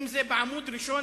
אם זה בעמוד ראשון,